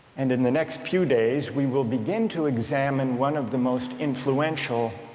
and in the next few days we will begin to examine one of the most influential